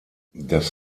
das